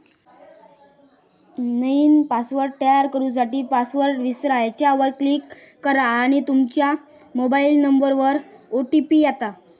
नईन पासवर्ड तयार करू साठी, पासवर्ड विसरा ह्येच्यावर क्लीक करा आणि तूमच्या मोबाइल नंबरवर ओ.टी.पी येता